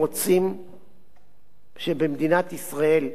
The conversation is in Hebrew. שבמדינת ישראל יהיה משטר דמוקרטי ראוי,